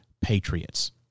patriots